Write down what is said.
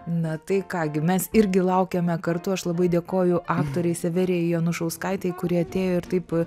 na tai ką gi mes irgi laukiame kartu aš labai dėkoju aktorei severijai janušauskaitei kuri atėjo ir taip